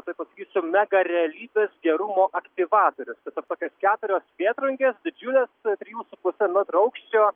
tuoj pasakysiu megarealybės gerumo aktyvatorius tokios keturios vėtrungės didžiulės trijų su puse metro aukščio